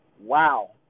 Wow